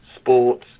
sports